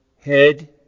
head